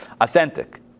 Authentic